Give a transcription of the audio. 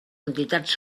entitats